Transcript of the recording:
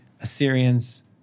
Assyrians